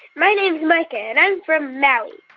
my name's micah, and i'm from maui.